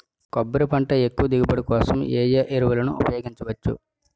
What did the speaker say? కొబ్బరి పంట ఎక్కువ దిగుబడి కోసం ఏ ఏ ఎరువులను ఉపయోగించచ్చు?